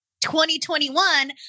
2021